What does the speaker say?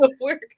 work